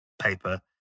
paper